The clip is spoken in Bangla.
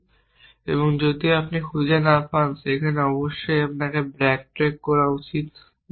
এবং যদি আপনি খুঁজে না পান সেখানে অবশ্যই ব্যাকট্র্যাক করা উচিত যা মানক